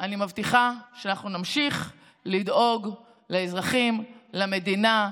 אני מבטיחה שאנחנו נמשיך לדאוג לאזרחים, למדינה,